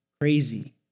crazy